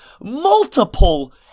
multiple